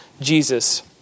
Jesus